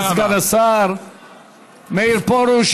תודה לסגן השר מאיר פרוש.